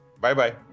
bye-bye